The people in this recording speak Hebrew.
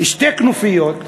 שתי כנופיות,